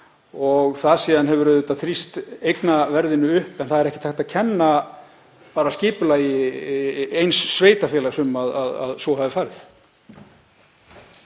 og það hefur síðan þrýst eignaverðinu upp, en það er ekkert hægt að kenna bara skipulagi eins sveitarfélags um að svo hafi farið.